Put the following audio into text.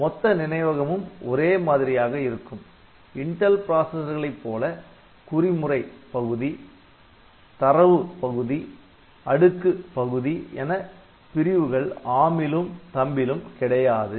மொத்த நினைவகமும் ஒரே மாதிரியாக இருக்கும் இன்டெல் ப்ராசசர்களைப் போல குறிமுறை பகுதி தரவு பகுதி அடுக்கு பகுதி என பிரிவுகள் ARM லும் THUMB லும் கிடையாது